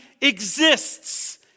exists